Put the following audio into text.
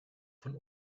von